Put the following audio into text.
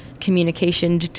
communication